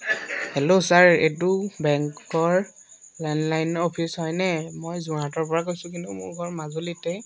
hello sir এইটো বেংকৰ লেণ্ডলাইনৰ অফিচ হয়নে মই যোৰহাটৰ পৰা কৈছোঁ কিন্তু মোৰ ঘৰ মাজুলীতে